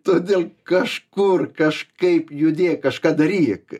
todėl kažkur kažkaip judėk kažką daryk